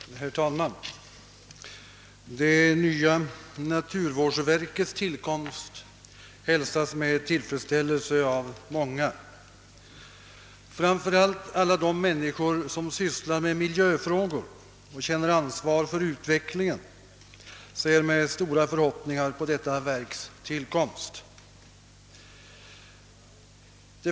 Herr talman! Tillkomsten av det nya naturvårdsverket hälsas med tillfredsställelse av många. Framför allt alla de människor som sysslar med miljöfrågor och som känner ansvar för utvecklingen ser med stora förhoppningar på detta verks tillblivelse.